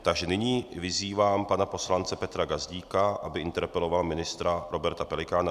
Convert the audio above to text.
Takže nyní vyzývám pana poslance Petra Gazdíka, aby interpeloval ministra Roberta Pelikána.